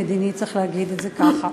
פוליטי-מדיני, צריך להגיד את זה ככה.